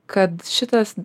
kad šitas